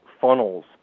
funnels